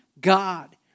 God